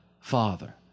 Father